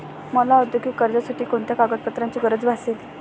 मला औद्योगिक कर्जासाठी कोणत्या कागदपत्रांची गरज भासेल?